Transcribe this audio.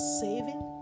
saving